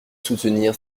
soutenir